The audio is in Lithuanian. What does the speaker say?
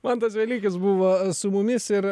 mantas velykis buvo su mumis ir